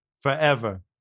forever